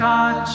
God